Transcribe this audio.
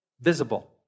visible